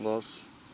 গছ